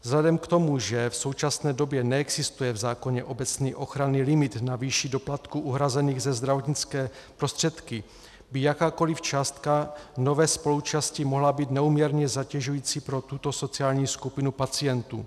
Vzhledem k tomu, že v současné době neexistuje v zákoně obecný ochranný limit na výši doplatků uhrazených za zdravotnické prostředky, by jakákoliv částka nové spoluúčasti mohla být neúměrně zatěžující pro tuto sociální skupinu pacientů.